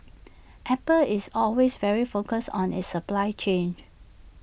Apple is always very focused on its supply chain